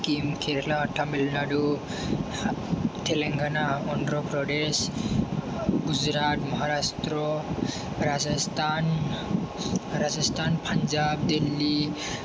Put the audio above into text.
Kerala Tamil Nadu Telangana Andhra' Pradesh Gujarat Maharashtra Rajasthan Punjab Delhi